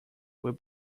will